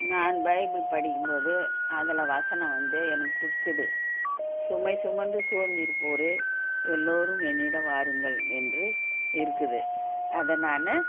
நான் பைபுள் படிக்கும் போது அதில் வசனம் வந்து எனக்கு பிடிச்சது சுமை சுமந்து சோர்ந்து இருப்போரே எல்லோரும் என்னிடம் வாருங்கள் என்று இருக்குது அதை நான்